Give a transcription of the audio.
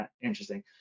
interesting